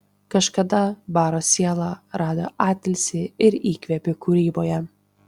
kažkada baro siela rado atilsį ir įkvėpį kūryboje